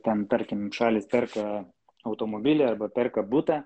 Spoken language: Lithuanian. ten tarkim šalys perka automobilį arba perka butą